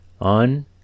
on